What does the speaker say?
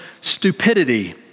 stupidity